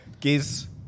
Giz